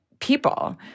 people